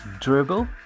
Dribble